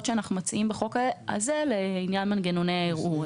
שאנחנו מציעים בחוק הזה לעניין מנגנוני הערעור.